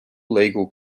legal